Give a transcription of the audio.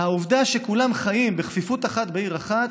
העובדה שכולם חיים בכפיפה אחת, בעיר אחת,